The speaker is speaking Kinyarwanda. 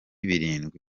birindwi